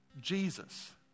Jesus